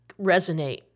resonate